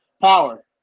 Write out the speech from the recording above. Power